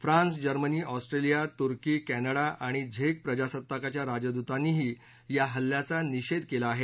France Germany Australia तुर्की Canada आणि झेक प्रजासत्ताकच्या राजदूतांनीही या हल्ल्याचा निषेध केला आहे